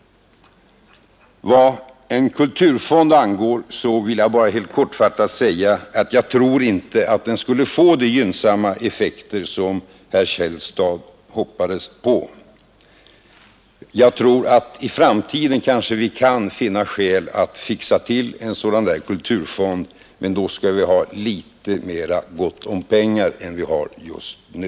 Vad en kulturfond angår vill jag bara helt kortfattat säga, att jag inte tror att den skulle få de gynnsamma effekter som herr Källstad hoppas på. I framtiden kan vi kanske finna skäl att ordna en sådan där kulturfond. Men då skall vi ha litet mera gott om pengar än vi har just nu.